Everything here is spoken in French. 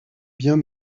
biens